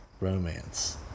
romance